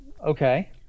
Okay